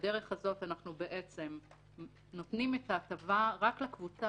בדרך הזאת אנחנו נותנים את ההטבה רק לקבוצה